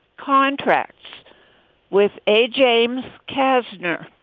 contract with a james kassner.